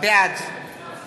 בעד